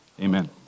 Amen